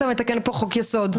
אתה מתקן פה חוק יסוד,